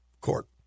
court